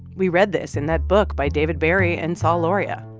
we read this in that book by david barry and sal lauria.